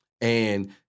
and-